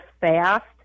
fast